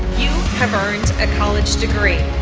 you have earned a college degree.